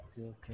okay